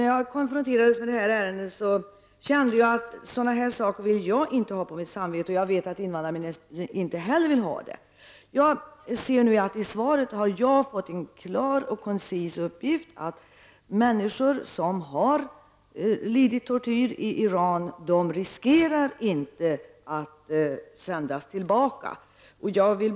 När jag konfronterades med det här ärendet kände jag att inte jag vill ha sådana här saker på mitt samvete, och jag vet att inte heller invandrarministern vill ha sådant på sitt samvete. I svaret fick jag en klar och koncis uppgift om att människor som har utstått tortyr i Iran inte riskerar att sändas tillbaka dit.